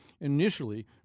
initially